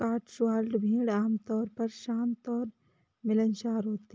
Cotswold भेड़ आमतौर पर शांत और मिलनसार होती हैं